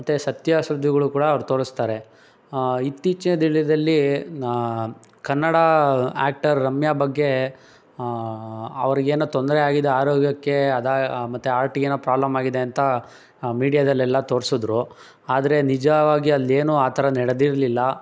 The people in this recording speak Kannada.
ಮತ್ತು ಸತ್ಯ ಸುದ್ದಿಗಳು ಕೂಡ ಅವ್ರು ತೋರಿಸ್ತಾರೆ ಇತ್ತೀಚಿನ ದಿನದಲ್ಲಿ ನ ಕನ್ನಡ ಆಕ್ಟರ್ ರಮ್ಯಾ ಬಗ್ಗೆ ಅವ್ರಿಗೆ ಏನೋ ತೊಂದರೆ ಆಗಿದೆ ಆರೋಗ್ಯಕ್ಕೆ ಅದು ಮತ್ತು ಆರ್ಟಿಗೆ ಏನೋ ಪ್ರೊಬ್ಲಮ್ ಆಗಿದೆ ಅಂತ ಮೀಡ್ಯಾದಲ್ಲೆಲ್ಲ ತೋರ್ಸಿದ್ರು ಆದರೆ ನಿಜವಾಗಿ ಅಲ್ಲಿ ಏನೂ ಆ ಥರ ನಡೆದಿರ್ಲಿಲ್ಲ